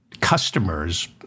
customers